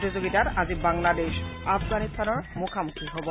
প্ৰতিযোগিতাত আজি বাংলাদেশ আফগানিস্তানৰ মুখামুখি হ'ব